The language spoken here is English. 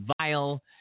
vile